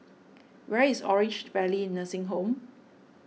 where is Orange Valley Nursing Home